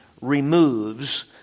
removes